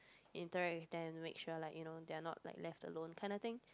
interact with them make sure like you know they are not left alone that kind of thing